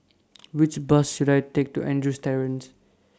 Which Bus should I Take to Andrews Terrace